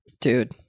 Dude